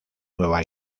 nueva